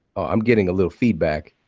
i'm getting a little feedback.